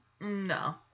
no